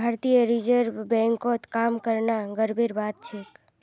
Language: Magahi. भारतीय रिजर्व बैंकत काम करना गर्वेर बात छेक